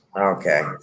Okay